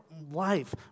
life